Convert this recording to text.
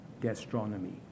gastronomy